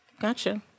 gotcha